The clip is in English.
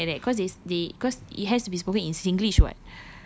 ya it's something like that cause they they cause it has to be spoken in singlish [what]